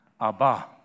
Abba